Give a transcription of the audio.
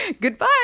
goodbye